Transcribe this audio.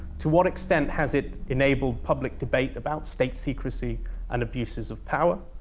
to what extent has it enabled public debate about state secrecy and abuses of power?